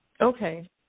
Okay